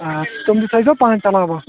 آ تِم تھٲے زیو پَنٛژاہ لگ بگ